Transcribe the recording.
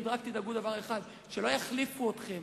רק תדאגו לדבר אחד: שלא יחליפו אתכם,